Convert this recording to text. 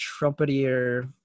trumpetier